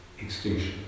extinction